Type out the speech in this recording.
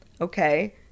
okay